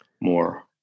more